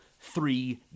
three